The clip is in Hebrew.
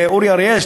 לאורי אריאל,